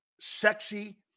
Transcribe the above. sexy